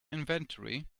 inventory